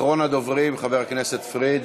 אחרון הדוברים, חבר הכנסת פריג'.